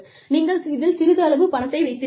நீங்கள் இதில் சிறிதளவு பணத்தை வைத்திருப்பீர்கள்